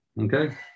Okay